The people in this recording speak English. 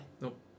Nope